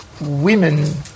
women